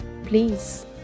Please